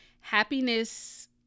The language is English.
Happiness